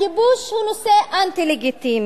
הכיבוש הוא נושא אנטי-לגיטימי,